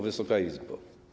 Wysoka Izbo!